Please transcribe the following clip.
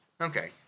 Okay